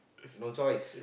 no choice